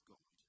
God